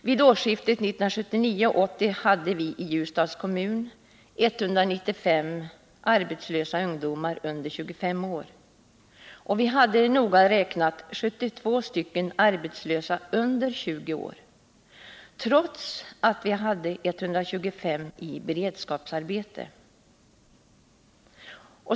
Vid årsskiftet 1979-1980 hade vi i Ljusdals kommun 195 arbetslösa ungdomar under 25 år. Vi hade noga räknat 72 arbetslösa under 20 år, trots att vi hade 125 i beredskapsarbete.